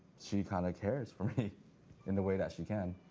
she kind of cares for me in the way that she can.